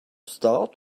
start